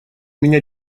меня